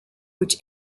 which